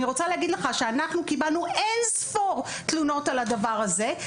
אני רוצה להגיד לך שאנחנו קיבלנו אינספור תלונות על הדבר הזה.